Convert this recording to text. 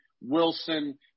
Wilson